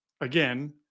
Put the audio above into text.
again